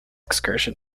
excursion